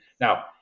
now